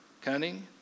cunning